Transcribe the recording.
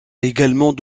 également